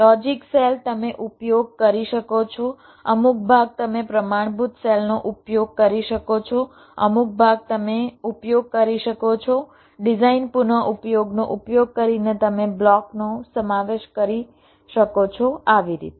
logic cell તમે ઉપયોગ કરી શકો છો અમુક ભાગ તમે પ્રમાણભૂત સેલનો ઉપયોગ કરી શકો છો અમુક ભાગ Refer Time 2457 તમે ઉપયોગ કરી શકો છો ડિઝાઇન પુનઃઉપયોગનો ઉપયોગ કરીને તમે બ્લોકનો સમાવેશ કરી શકો છોઆવી રીતે